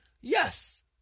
Yes